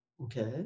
Okay